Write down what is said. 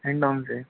हिण्डौन से